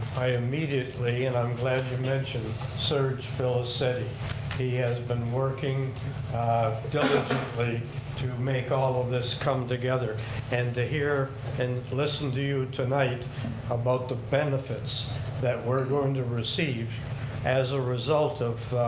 i immediately, and i'm glad you mentioned serge felicetti. he has been working diligently to make all of this come together and to hear and listen to you tonight about the benefits that we're going to receive as a result of